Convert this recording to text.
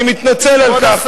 אני מתנצל על כך.